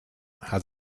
had